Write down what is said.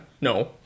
No